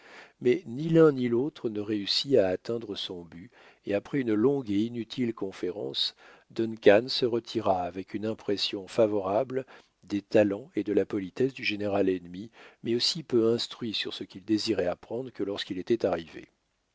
mais ni l'un ni l'autre ne réussit à atteindre son but et après une longue et inutile conférence duncan se retira avec une impression favorable des talents et de la politesse du général ennemi mais aussi peu instruit sur ce qu'il désirait apprendre que lorsqu'il était arrivé